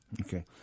Okay